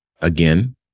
again